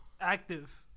Active